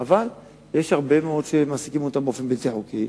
אבל יש הרבה מאוד שמעסיקים אותם באופן בלתי חוקי,